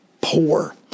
poor